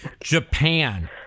Japan